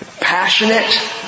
passionate